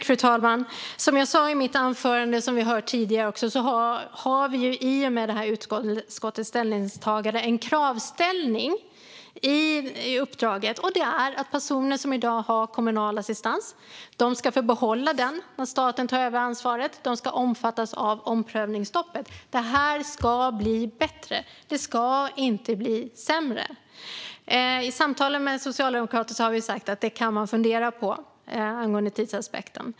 Fru talman! Som jag sa i mitt anförande och som har hörts tidigare har vi i och med utskottets ställningstagande en kravställning i uppdraget om att personer som i dag har kommunal assistans ska få behålla den när staten tar över ansvaret. De ska omfattas av omprövningsstoppet. Det här ska bli bättre. Det ska inte bli sämre. I samtalen med Socialdemokraterna har vi angående tidsaspekten sagt att man kan fundera på det.